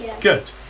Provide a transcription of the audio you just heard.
good